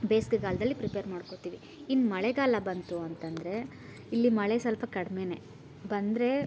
ಬೇಸಿಗೆಗಾಲ್ದಲ್ಲಿ ಪ್ರಿಪೇರ್ ಮಾಡ್ಕೋತೀವಿ ಇನ್ನು ಮಳೆಗಾಲ ಬಂತು ಅಂತಂದರೆ ಇಲ್ಲಿ ಮಳೆ ಸ್ವಲ್ಪ ಕಡಿಮೇನೇ ಬಂದರೆ